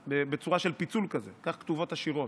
בצורה של פיצול כזה, כך כתובות השירות.